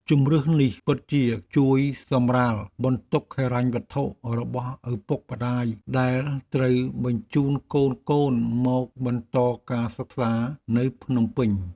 ជម្រើសនេះពិតជាជួយសម្រាលបន្ទុកហិរញ្ញវត្ថុរបស់ឪពុកម្ដាយដែលត្រូវបញ្ជូនកូនៗមកបន្តការសិក្សានៅភ្នំពេញ។